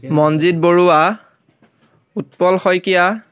Manjit Baruah Utpal Saikia